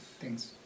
Thanks